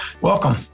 Welcome